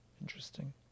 Interesting